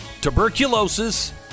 Tuberculosis